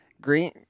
green